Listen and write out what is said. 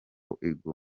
gukorwa